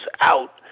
out